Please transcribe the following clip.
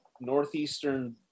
northeastern